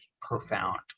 profound